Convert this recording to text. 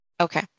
Okay